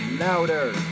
louder